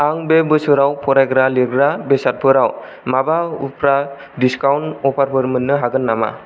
आं बे बोसोराव फरायग्रा लिरग्रा बेसादफोराव माबा उफ्रा डिसकाउन्ट अफारफोर मोन्नो हागोन नामा